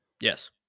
Yes